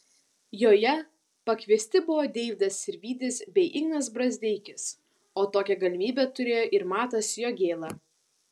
joje pakviesti buvo deividas sirvydis bei ignas brazdeikis o tokią galimybę turėjo ir matas jogėla